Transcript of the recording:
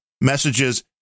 messages